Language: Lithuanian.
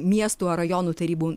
miestų ar rajonų tarybų